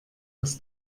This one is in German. aus